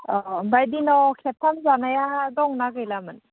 अह ओमफाय दिनाव खेबथाम जानाया दं ना गैलामोन